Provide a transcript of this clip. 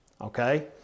Okay